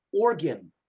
organ